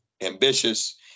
ambitious